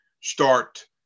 start